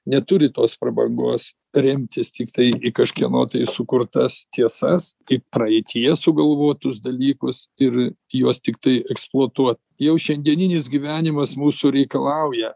neturit tos prabangos remtis tiktai į kažkieno sukurtas tiesas kaip praeityje sugalvotus dalykus ir juos tiktai eksploatuot jau šiandieninis gyvenimas mūsų reikalauja